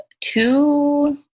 two